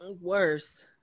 Worse